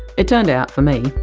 it turned out, for me,